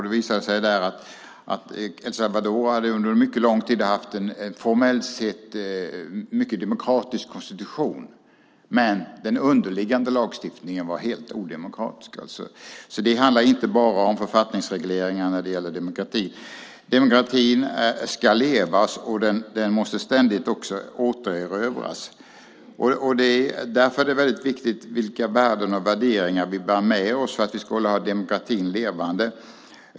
Det visade sig där att El Salvador under mycket lång tid hade haft en formellt sett mycket demokratisk konstitution, men den underliggande lagstiftningen var helt odemokratisk. Det handlar inte bara om författningsregleringar när det gäller demokrati. Demokratin ska levas, och den måste ständigt också återerövras. Därför är det väldigt viktigt vilka värden och värderingar vi bär med oss för att vi ska hålla demokratin levande.